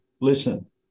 listen